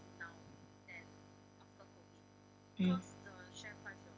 mm